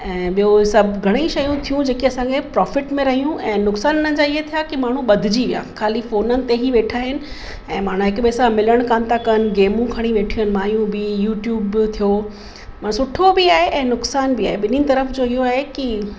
ऐं ॿियो सभु घणईं शयूं थियूं जेके असांखे प्रोफ़िट में रहियूं ऐं नुक़सान इन जा इहे थिया कि माण्हू ॿधिजी विया खाली फ़ोननि ते ई वेठा आहिनि ऐं पाण हिक ॿिए सां मिलणु कान था कनि गेमूं खणी वेठियूं आहिनि मायूं बि यू ट्यूब बि थियो मन सुठो बि आहे ऐं नुक़सान बि आहे ॿिन्हिनि तरफ़ जो इहो आहे कि